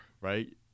right